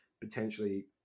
potentially